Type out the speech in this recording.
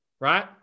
right